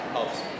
Helps